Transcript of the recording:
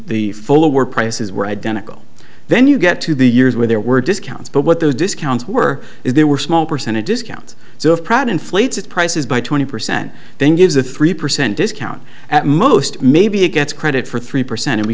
the full were prices were identical then you get to the years where there were discounts but what those discounts were is there were small percentage discounts so if pratt inflates its prices by twenty percent then gives a three percent discount at most maybe it gets credit for three percent and we